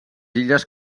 illes